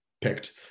picked